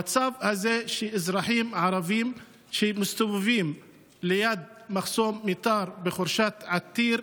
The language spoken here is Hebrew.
במצב הזה שבו אזרחים ערבים מסתובבים ליד מחסום מיתר בחורשת יתיר,